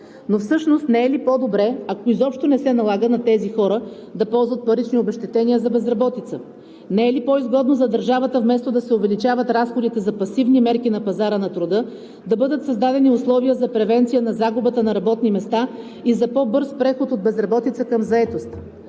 Но всъщност не е ли по-добре, ако изобщо не се налага на тези хора да ползват парични обезщетения за безработица? Не е ли по-изгодно за държавата вместо да се увеличават разходите за пасивни мерки на пазара на труда, да бъдат създадени условия за превенция на загубата на работни места и за по-бърз преход от безработица към заетост?